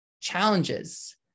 challenges